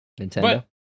Nintendo